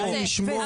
אבל